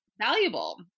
valuable